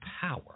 power